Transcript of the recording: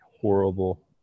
horrible